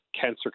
cancer